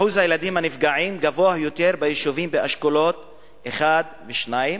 גם שיעור הילדים הנפגעים גבוה יותר ביישובים באשכולות 1 ו-2,